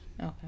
Okay